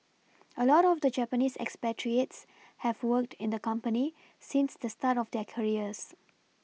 a lot of the Japanese expatriates have worked in the company since the start of their careers